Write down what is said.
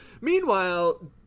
Meanwhile